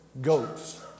goats